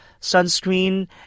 sunscreen